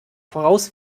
voraus